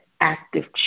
active